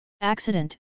accident